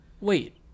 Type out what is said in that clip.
wait